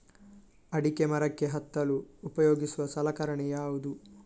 ಅಡಿಕೆ ಮರಕ್ಕೆ ಹತ್ತಲು ಉಪಯೋಗಿಸುವ ಸಲಕರಣೆ ಯಾವುದು?